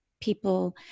people